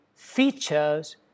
features